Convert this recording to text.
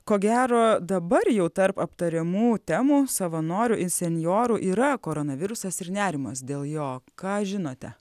ko gero dabar jau tarp aptariamų temų savanorių ir senjorų yra koronavirusas ir nerimas dėl jo ką žinote